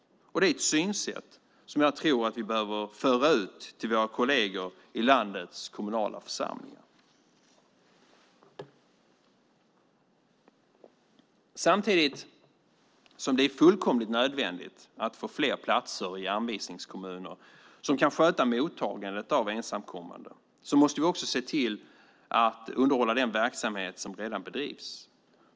Det är ett synsätt som jag tror att vi behöver föra ut till våra kolleger i landets kommunala församlingar. Samtidigt som det är fullkomligt nödvändigt att få fler platser i anvisningskommuner som kan sköta mottagandet av ensamkommande måste vi se till att underhålla den verksamhet som redan bedrivs.